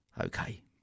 Okay